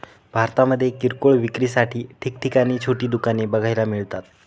भारतामध्ये किरकोळ विक्रीसाठी ठिकठिकाणी छोटी दुकाने बघायला मिळतात